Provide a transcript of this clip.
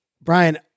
Brian